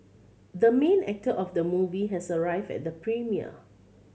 the main actor of the movie has arrived at the premiere